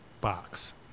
box